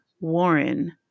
Warren